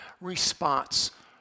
response